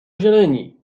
zieleni